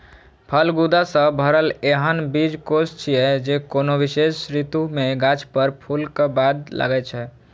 फल गूदा सं भरल एहन बीजकोष छियै, जे कोनो विशेष ऋतु मे गाछ पर फूलक बाद लागै छै